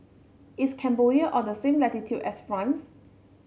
is Cambodia on the same latitude as France